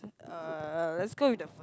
uh let's go with the